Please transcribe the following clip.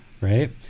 right